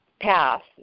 path